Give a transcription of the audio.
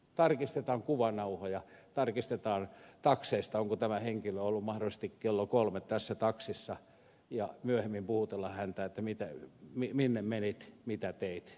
tarkistetaan kuvanauhoja tarkistetaan takseista onko tämä henkilö ollut mahdollisesti kello kolme tässä taksissa ja myöhemmin puhutellaan häntä minne menit mitä teit ja mitä tapahtui